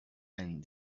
and